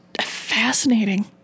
fascinating